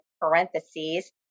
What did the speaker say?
parentheses